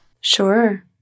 Sure